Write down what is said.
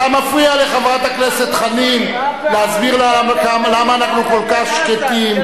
אתה מפריע לחברת הכנסת חנין להסביר למה אנחנו כל כך שקטים,